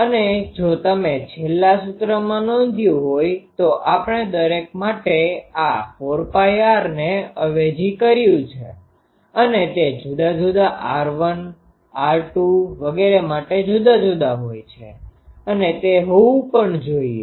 અને જો તમે છેલ્લા સૂત્રમાં નોંધ્યું હોઈ તો આપણે દરેક માટે આ 4Πr ને અવેજી કર્યું છે અને તે જુદા જુદા r1r2 વગેરે માટે જુદા જુદા હોય છે અને તે હોવું પણ જોઈએ